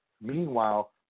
meanwhile